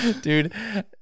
Dude